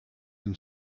and